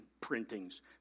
printings